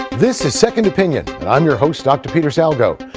this is second opinion. i'm your host, dr. peter salgo.